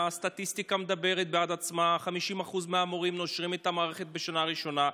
והסטטיסטיקה מדברת בעד עצמה: 50% מהמורים נושרים מהמערכת בשנה הראשונה.